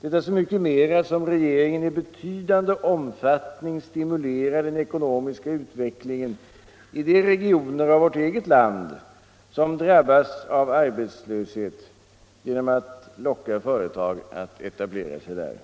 detta så mycket mera som regeringen i betydande debatt omfattning stimulerar den ekonomiska utvecklingen i de regioner i vårt eget land som drabbas av arbetslöshet genom att locka företag att etablera sig där.